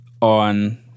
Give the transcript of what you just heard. on